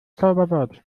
zauberwort